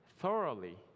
thoroughly